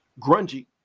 grungy